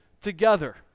together